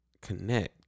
connect